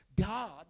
God